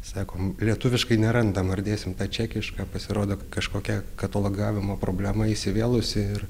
sakom lietuviškai nerandam ar dėsim tą čekišką pasirodo kažkokia katalogavimo problema įsivėlusi ir